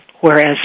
whereas